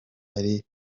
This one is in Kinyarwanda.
ari